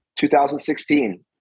2016